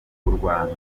urwanda